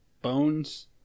Bones